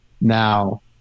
now